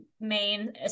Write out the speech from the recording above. main